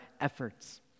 efforts